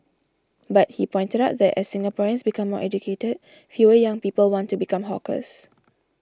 but he pointed out that as Singaporeans become more educated fewer young people want to become hawkers